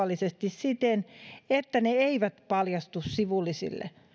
siten että ne eivät paljastu sivullisille